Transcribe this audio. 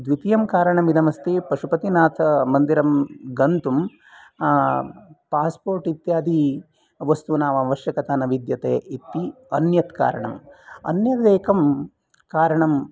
द्वितीयं कारणम् इदम् अस्ति पशुपतिनाथमन्दिरं गन्तुं पास्पोर्ट् इत्यादि वस्तूनाम् आवश्यकता न विद्यते इति अन्यत् कारणाम् अन्यदेकं कारणम्